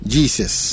Jesus